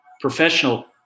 professional